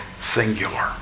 singular